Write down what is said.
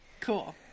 Cool